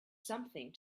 something